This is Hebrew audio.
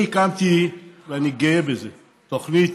אני הקמתי, ואני גאה בזה, תוכנית